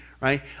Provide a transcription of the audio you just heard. right